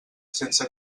sense